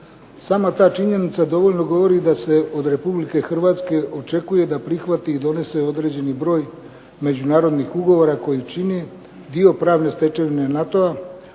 Sama ta činjenica dovoljno govori da se od Republike Hrvatske očekuje da prihvati i donese određeni broj međunarodnih ugovora koji čine dio pravne stečevine NATO-a